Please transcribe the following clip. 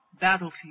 battlefield